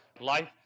Life